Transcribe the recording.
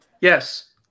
Yes